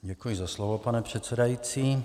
Děkuji za slovo, pane předsedající.